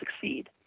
succeed